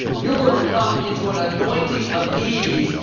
you're going to come into an anointing of ease,